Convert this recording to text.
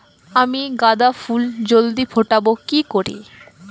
আমি গাঁদা ফুল জলদি ফোটাবো কি করে?